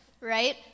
right